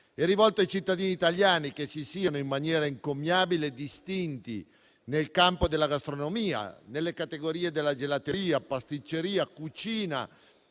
rivolto ai cittadini italiani che si siano in maniera encomiabile distinti nel campo della gastronomia, nelle categorie della gelateria, pasticceria, cucina,